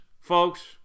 folks